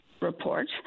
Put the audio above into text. report